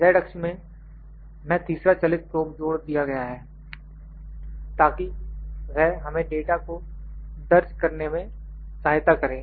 Z अक्ष मैं तीसरा चलित प्रोब जोड़ दिया गया है ताकि वह हमें डाटा को दर्ज करने में सहायता करें